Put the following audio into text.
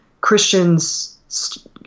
Christians